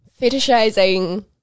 fetishizing